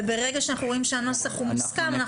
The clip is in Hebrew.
וברגע שאנחנו רואים שהנוסח הוא מוסכם,